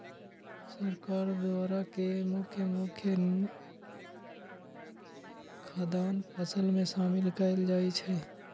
सरकार द्वारा के मुख्य मुख्य खाद्यान्न फसल में शामिल कएल जाइ छइ